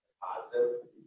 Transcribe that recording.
positive